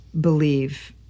believe